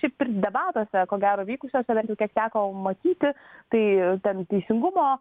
šiaip ir debatuose ko gero vykusiuose bent jau tiek teko matyti tai ten teisingumo